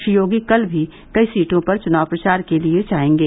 श्री योगी कल भी कई सीटों पर चुनाव प्रचार के लिये जायेंगे